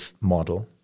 model